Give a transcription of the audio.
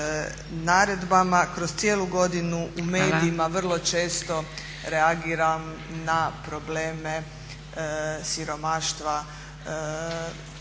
naredbama. Kroz cijelu godinu u medijima vrlo često reagiram na probleme siromaštva,